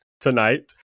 tonight